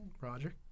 Roger